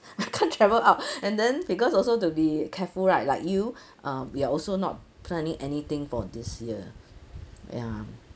I can't travel out and then because also to be careful right like you uh we are also not planning anything for this year ya